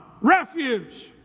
refuse